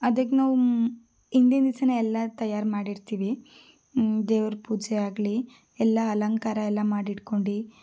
ಅದಿಕ್ನಾವು ಹಿಂದಿನ ದಿಸಾನೇ ಎಲ್ಲ ತಯಾರು ಮಾಡಿಡ್ತೀವಿ ದೇವರ ಪೂಜೆ ಆಗಲಿ ಎಲ್ಲ ಅಲಂಕಾರ ಎಲ್ಲ ಮಾಡಿಡ್ಕೊಂಡು